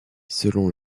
selon